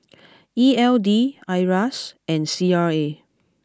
E L D Iras and C R A